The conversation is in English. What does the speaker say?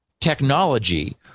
technology